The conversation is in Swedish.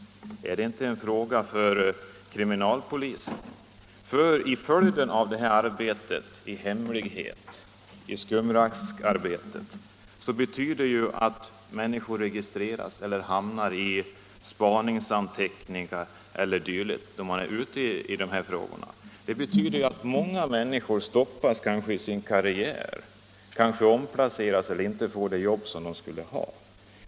Är det inte en fråga för kriminalpolisen? Det här arbetet i hemlighet, det här skumraskarbetet, innebär att människor registreras eller hamnar i spaningsanteckningar eller dylikt. Det betyder att många människor stoppas i sin karriär, omplaceras eller inte får det jobb som de annars skulle ha fått.